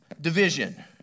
division